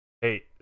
Hey